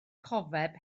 cofeb